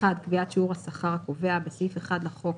קביעת שיעור השכר הקובע 1 בסעיף 1 לחוק,